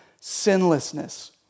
sinlessness